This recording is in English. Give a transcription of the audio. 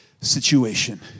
situation